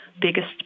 biggest